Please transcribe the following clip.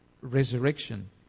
resurrection